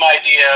idea